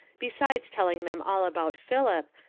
besides telling them all about philip,